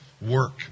work